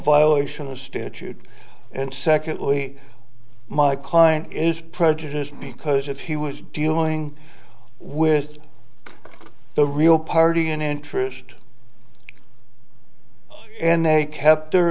violation of statute and secondly my client is prejudiced because if he was dealing with the real party in interest and they kept their